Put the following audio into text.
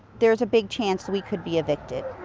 there's a big chance we could be evicted.